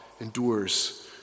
endures